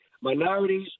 minorities